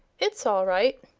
it's all right.